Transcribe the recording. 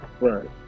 Right